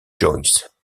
joyce